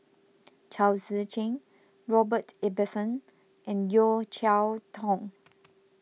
Chao Tzee Cheng Robert Ibbetson and Yeo Cheow Tong